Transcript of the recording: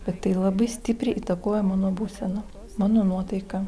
bet tai labai stipriai įtakoja mano būseną mano nuotaiką